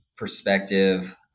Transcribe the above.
perspective